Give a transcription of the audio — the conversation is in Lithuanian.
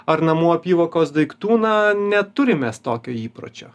ar namų apyvokos daiktų na neturim mes tokio įpročio